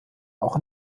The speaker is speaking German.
auch